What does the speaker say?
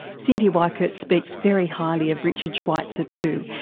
cyndi weickert speaks very highly of richard schweizer too,